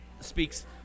speaks